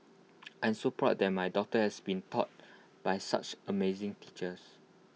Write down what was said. I'm so proud that my daughter has been taught by such amazing teachers